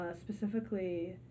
specifically